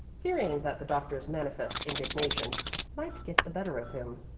fearing that the doctor's manifest indignation might get the better of him.